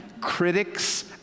Critics